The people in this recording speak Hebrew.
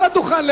על הדוכן,